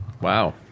Wow